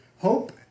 hope